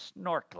snorkeling